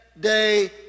day